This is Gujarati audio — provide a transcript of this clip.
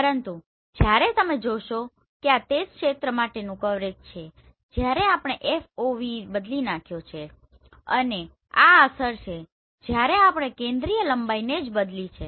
પરંતુ જ્યારે તમે જોશો કે આ તે જ ક્ષેત્ર માટેનું કવરેજ છે જ્યારે આપણે FOV બદલી નાખ્યો છે અને આ અસર છે જ્યારે આપણે કેન્દ્રિય લંબાઈને જ બદલી છે